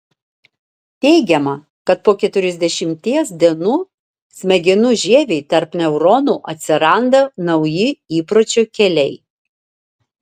teigiama kad po keturiasdešimties dienų smegenų žievėj tarp neuronų atsiranda nauji įpročio keliai